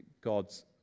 God's